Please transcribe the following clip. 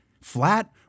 Flat